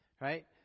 right